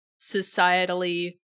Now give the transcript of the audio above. societally